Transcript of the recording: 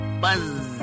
buzz